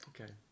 Okay